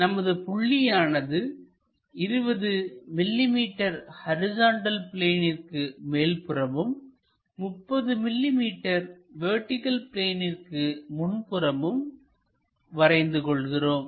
நமது புள்ளியானது 20 millimetre horizontal பிளேனிற்கு மேல் புறமும் 30 மில்லிமீட்டர் வெர்டிகள் பிளேனிற்கு முன்புறமும் வரைந்து கொள்கிறோம்